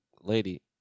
lady